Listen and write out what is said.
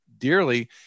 dearly